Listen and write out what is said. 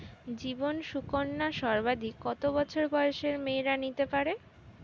জীবন সুকন্যা সর্বাধিক কত বছর বয়সের মেয়েরা নিতে পারে?